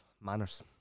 Manners